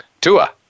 Tua